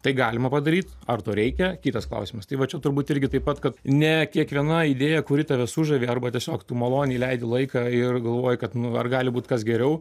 tai galima padaryt ar to reikia kitas klausimas tai va čia turbūt irgi taip pat kad ne kiekvienai idėja kuri tave sužavi arba tiesiog tu maloniai leidi laiką ir galvoji kad nu ar gali būt kas geriau